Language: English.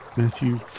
Matthew